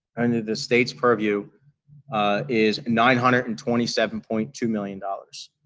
under the state's purview is nine hundred and twenty seven point two million dollars.